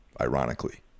ironically